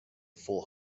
full